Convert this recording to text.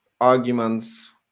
arguments